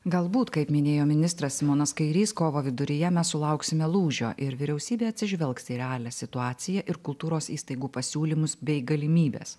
galbūt kaip minėjo ministras simonas kairys kovo viduryje mes sulauksime lūžio ir vyriausybė atsižvelgs į realią situaciją ir kultūros įstaigų pasiūlymus bei galimybes